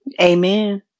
Amen